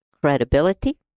credibility